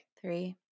three